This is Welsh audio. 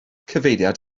cyfeiriad